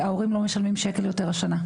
את זה שההורים לא משלמים שקל יותר השנה.